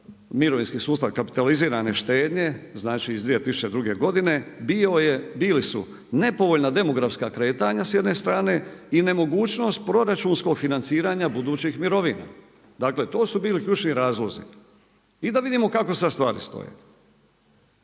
mirovinski sustav kapitalizirani štednje iz 2002. godine bili su nepovoljna demografska kretanja s jedne strane i nemogućnost proračunskog financiranja budućih mirovina. Dakle to su bili ključni razlozi. I da vidimo kako sada stvari stoje.